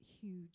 huge